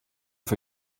for